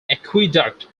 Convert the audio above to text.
aqueduct